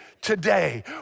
today